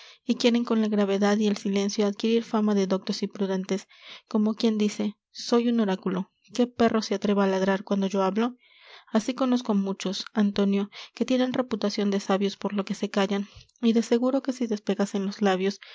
y quieren con la gravedad y el silencio adquirir fama de doctos y prudentes como quien dice soy un oráculo qué perro se atreverá á ladrar cuando yo hablo así conozco á muchos antonio que tienen reputacion de sabios por lo que se callan y de seguro que si despegasen los labios